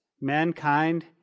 Mankind